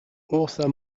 author